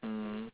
mm